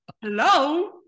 Hello